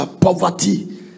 poverty